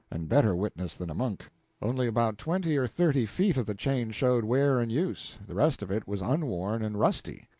and better witness than a monk only about twenty or thirty feet of the chain showed wear and use, the rest of it was unworn and rusty.